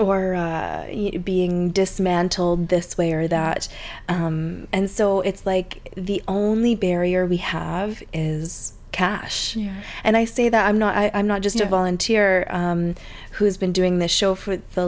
or being dismantled this way or that and so it's like the only barrier we have is kashmir and i say that i'm not i'm not just a volunteer who's been doing this show for the